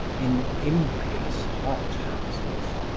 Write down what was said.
in impious hothouses.